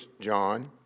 John